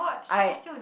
I